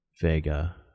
Vega